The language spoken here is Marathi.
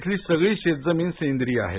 इथली सगळी शेतजमीन सेंद्रीय आहे